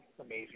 amazing